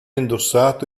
indossato